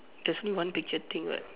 there's no one picture thing right